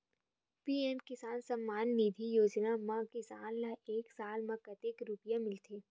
PM किसान सम्मान निधी योजना म किसान ल एक साल म कतेक रुपिया मिलथे?